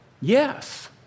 Yes